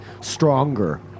stronger